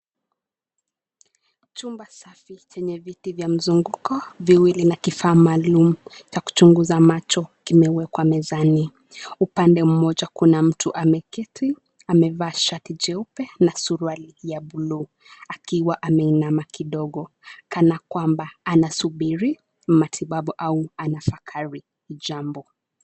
Chumba safi chenye viti vya mzunguko viwili na kifaa maalum cha kuchunguza macho kimewekwa mezani. Upande moja kuna mtu ameketi, amevaa shati jeupe na suruali ya buluu akiwa ameinama kidogo, kana kwamba anasubiri matibabu au ana fakari jambo.